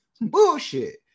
Bullshit